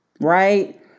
right